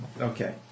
okay